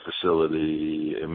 facility